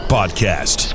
Podcast